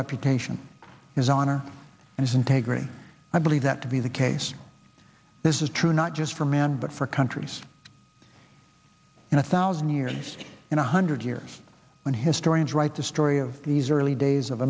reputation his honor and integrity i believe that to be the case this is true not just for man but for countries in a thousand years in a hundred years when historians write the story of these early days of